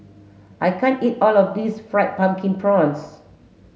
I can't eat all of this fried pumpkin prawns